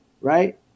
right